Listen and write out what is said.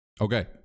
Okay